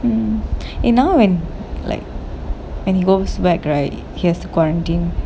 mm and now when like when he goes back right he has to quarantine